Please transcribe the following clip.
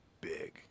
big